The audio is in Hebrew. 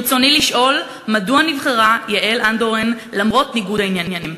ברצוני לשאול: מדוע נבחרה יעל אנדורן למרות ניגוד העניינים?